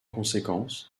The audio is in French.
conséquence